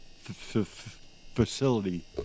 facility